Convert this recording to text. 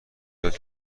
یاد